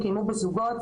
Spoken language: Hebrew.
בזוגות,